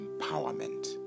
empowerment